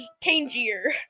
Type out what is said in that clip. tangier